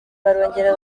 barongera